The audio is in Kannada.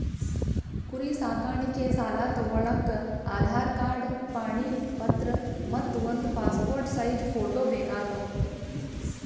ಕುರಿ ಸಾಕಾಣಿಕೆ ಸಾಲಾ ತಗೋಳಕ್ಕ ಆಧಾರ್ ಕಾರ್ಡ್ ಪಾಣಿ ಪತ್ರ ಮತ್ತ್ ಒಂದ್ ಪಾಸ್ಪೋರ್ಟ್ ಸೈಜ್ ಫೋಟೋ ಬೇಕಾತವ್